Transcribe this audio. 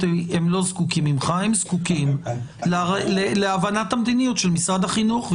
אלא הם זקוקים להבנת המדיניות של משרד החינוך.